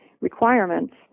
requirements